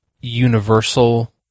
universal